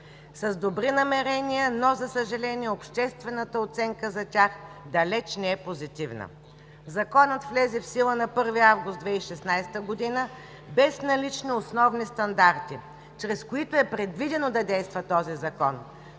С добри намерения, но, за съжаление, обществената оценка за тях далеч не е позитивна. Законът влезе в сила на 1 август 2016 г. без налични основни стандарти, чрез които е предвидено да действа този Закон.